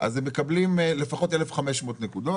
מקבלים לפחות 1,500 נקודות.